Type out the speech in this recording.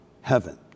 heaven